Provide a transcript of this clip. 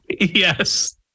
Yes